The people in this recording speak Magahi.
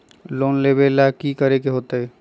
लोन लेवेला की करेके होतई?